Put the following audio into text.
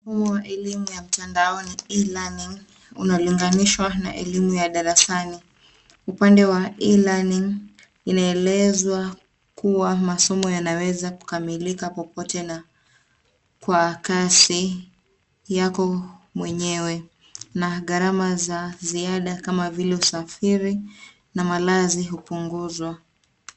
Mfumo wa elimu mtandaoni e-learning unalinganishwa na elimu ya darasani. Upande wa e-learning inaelezwa kuwa masomo yanaweza kukamilika popote na kwa kasi yako mwenyewe na gharama za ziada kama vile usafiri na malazi hupunguzwa.